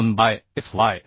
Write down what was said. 2 by Fy